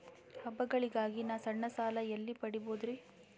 ಹಬ್ಬಗಳಿಗಾಗಿ ನಾ ಸಣ್ಣ ಸಾಲ ಎಲ್ಲಿ ಪಡಿಬೋದರಿ?